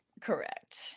Correct